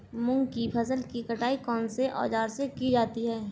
मूंग की फसल की कटाई कौनसे औज़ार से की जाती है?